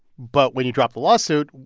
but when you drop the lawsuit,